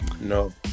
No